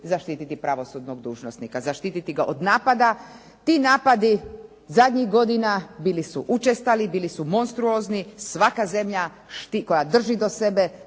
zaštititi pravosudnog dužnosnika, zaštititi ga od napada. Ti napadi zadnjih godina bili su učestali, bili su monstruozni. Svaka zemlja koja drži do sebe